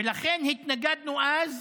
ולכן התנגדנו אז,